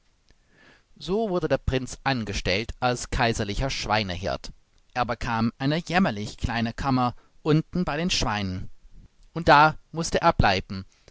so wurde der prinz angestellt als kaiserlicher schweinehirt er bekam eine jämmerlich kleine kammer unten bei den schweinen und da mußte er bleiben